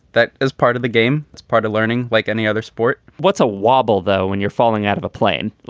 that is part of the game. it's part of learning like any other sport what's a wobble, though, when you're falling out of a plane?